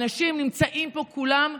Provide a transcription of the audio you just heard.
אנשים נמצאים פה כולם,